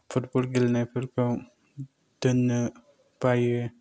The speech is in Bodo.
फुटबल गेलेनायफोरखौ दोननो बायो